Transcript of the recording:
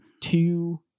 two